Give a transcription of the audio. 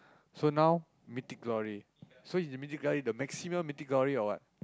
so now Mythic-Glory so in Mythic-Glory the maximum Mythic-Glory or what